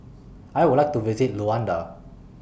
I Would like to visit Luanda